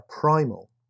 primal